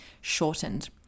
shortened